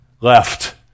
left